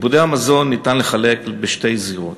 את איבודי המזון ניתן לחלק לשתי זירות: